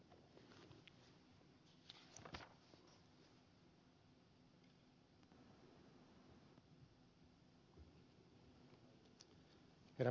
herra puhemies